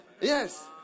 Yes